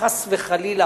חס וחלילה,